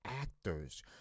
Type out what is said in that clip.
actors